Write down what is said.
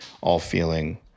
all-feeling